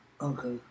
Okay